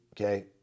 Okay